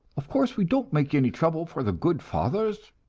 of course, we don't make any trouble for the good fathers.